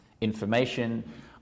information